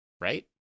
Right